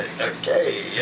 Okay